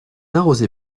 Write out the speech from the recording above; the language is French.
arrosée